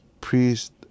priest